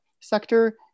sector